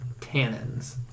tannins